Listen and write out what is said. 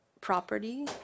property